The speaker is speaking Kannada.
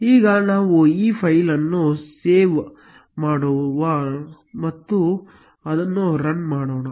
ಈಗ ನಾವು ಈ ಫೈಲ್ ಅನ್ನು ಸೇವ್ ಮಾಡೋಣ ಮತ್ತು ಅದನ್ನು ರನ್ ಮಾಡೋಣ